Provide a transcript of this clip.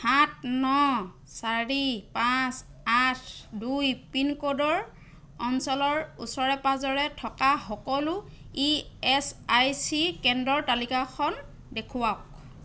সাত ন চাৰি পাঁচ আঠ দুই পিনক'ডৰ অঞ্চলৰ ওচৰে পাঁজৰে থকা সকলো ই এচ আই চি কেন্দ্ৰৰ তালিকাখন দেখুৱাওক